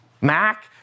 Mac